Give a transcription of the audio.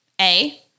a-